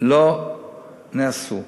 לא נעשו.